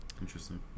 Interesting